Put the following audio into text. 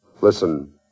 Listen